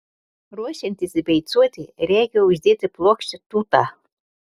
ruošiantis beicuoti reikia uždėti plokščią tūtą